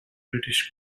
british